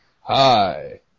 Hi